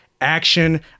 action